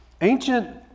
Ancient